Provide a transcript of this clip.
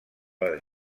les